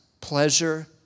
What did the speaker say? pleasure